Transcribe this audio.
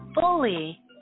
fully